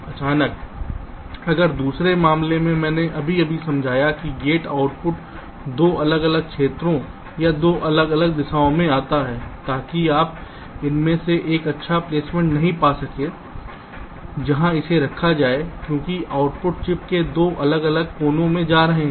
अचानक अगर दूसरे मामले में मैंने अभी अभी समझाया कि गेट आउटपुट 2 अलग अलग क्षेत्रों या 2 अलग अलग दिशाओं में जाता है ताकि आप इनमें से एक अच्छा प्लेसमेंट नहीं पा सकें जहां इसे रखा जाए क्योंकि आउटपुट चिप के 2 अलग अलग कोनों में जा रहे हैं